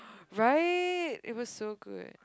right it was so good